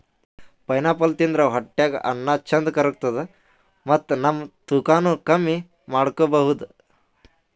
pineapple ತಿಂದ್ರ್ ಹೊಟ್ಟ್ಯಾಗ್ ಅನ್ನಾ ಚಂದ್ ಕರ್ಗತದ್ ಮತ್ತ್ ನಮ್ ತೂಕಾನೂ ಕಮ್ಮಿ ಮಾಡ್ಕೊಬಹುದ್